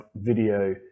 video